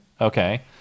Okay